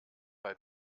bei